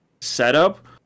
setup